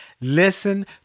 Listen